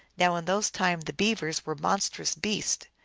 now in those times the beavers were monstrous beasts,